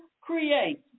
create